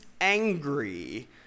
angry